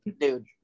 dude